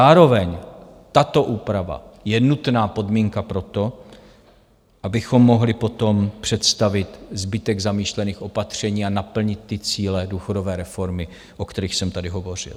Zároveň tato úprava je nutná podmínka pro to, abychom mohli potom představit zbytek zamýšlených opatření a naplnit cíle důchodové reformy, o kterých jsem tady hovořil.